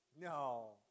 No